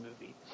movie